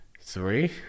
three